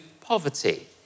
poverty